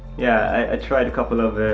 yeah, i tried a couple of